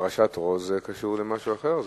פרשת רוז, זה קשור למשהו אחר.